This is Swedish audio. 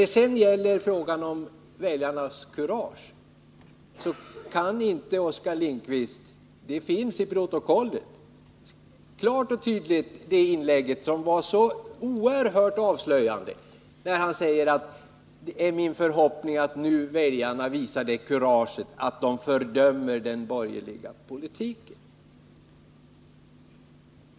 Beträffande frågan om väljarnas kurage kan inte Oskar Lindkvist förneka vad han sade i sitt inlägg — det kommer att stå i protokollet — nämligen det så oerhört avslöjande uttalandet att det var hans förhoppning att väljarna nu skulle visa kurage och fördöma den borgerliga politiken.